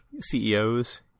CEOs